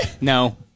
No